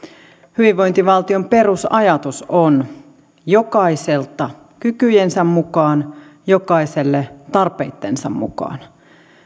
hyvinvointivaltion perusajatus on jokaiselta kykyjensä mukaan jokaiselle tarpeittensa mukaan